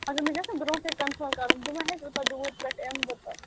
مگر مےٚ چھِنہ آسان برونٛٹھٕے کَنفٲرٕم کَرُن بہٕ ما ہٮ۪کہٕ یوٗتاہ دوٗرِ پٮ۪ٹھٕ یِم بہٕ تہٕ